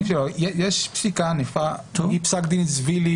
יש פסיקה ענפה פסק דין זווילי,